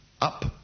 up